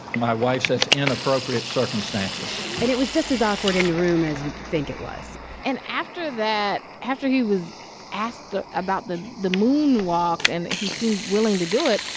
my wife says inappropriate circumstances and it was just as awkward in the room as you think it was and after that after he was asked about the the moonwalk and he seemed willing to do it,